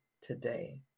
today